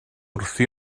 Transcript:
wrthi